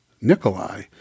Nikolai